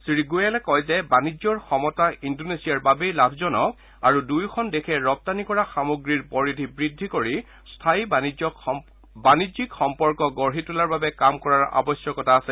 শ্ৰীগোৱেল কয় যে বাণিজ্যৰ সমতা ইন্দোনেছিয়াৰ বাবেই লাভজনক আৰু দুয়োখন দেশে ৰপ্তানি কৰা সামগ্ৰীৰ পৰিধি বৃদ্ধি কৰি স্থায়ী বাণিজ্যিক সম্পৰ্ক গঢ়ি তোলাৰ বাবে কাম কৰাৰ আৱশ্যকতা আছে